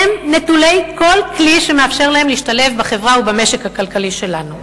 הם נטולי כל כלי שמאפשר להם להשתלב בחברה ובמשק הכלכלי שלנו.